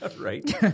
Right